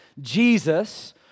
Jesus